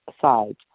side